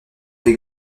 des